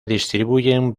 distribuyen